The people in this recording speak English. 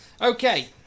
Okay